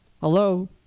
hello